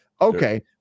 Okay